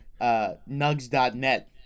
Nugs.net